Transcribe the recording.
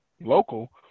local